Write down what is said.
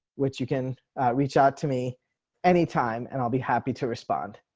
which you can reach out to me anytime and i'll be happy to respond.